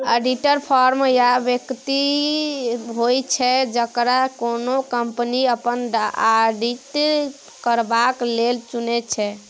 auditor firm या बेकती होइ छै जकरा कोनो कंपनी अपन आडिट करबा लेल चुनै छै